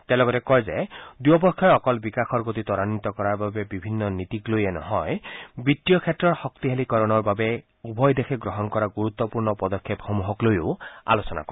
তেওঁ লগতে কয় যে দুয়োপক্ষই অকল বিকাশৰ গতি ত্ৰাগ্বিত কৰাৰ বাবে বিভিন্ন নীতিক লৈয়ে নহয় বিত্তীয় ক্ষেত্ৰৰ শক্তিশালীকৰণৰ বাবে উভয় দেশে গ্ৰহণ কৰা গুৰুত্বপূৰ্ণ পদক্ষেপসমূহক লৈও আলোচনা কৰে